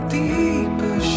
deeper